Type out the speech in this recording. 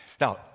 Now